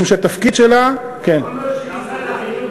משום שהתפקיד שלה, כל מה שמשרד החינוך,